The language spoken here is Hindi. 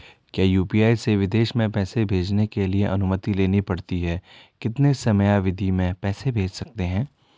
क्या यु.पी.आई से विदेश में पैसे भेजने के लिए अनुमति लेनी पड़ती है कितने समयावधि में पैसे भेज सकते हैं?